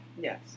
Yes